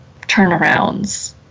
turnarounds